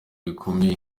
bikomeye